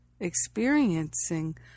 experiencing